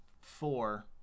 Four